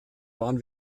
waren